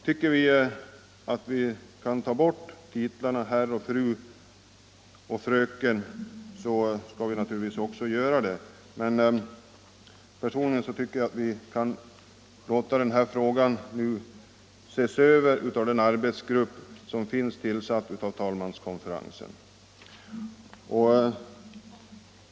Tycker 57 vi att vi kan ta bort titlarna herr, fru och fröken, så skall vi naturligtvis också göra det. Men personligen anser jag att vi nu kan låta den här frågan ses över av den arbetsgrupp som tillsatts av talmanskonferensen.